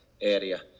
area